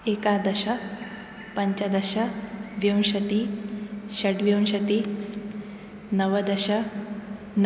एकादश पञ्चदश विंशति षड्विंशतिः नवदश न